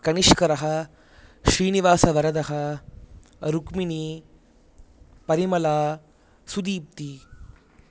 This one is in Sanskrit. कनिष्करः श्रीनिवासवरदः रुक्मिनी परिमला सुदीप्ती